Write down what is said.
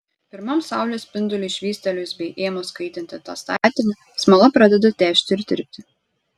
pirmam saulės spinduliui švystelėjus bei ėmus kaitinti tą statinį smala pradeda težti ir tirpti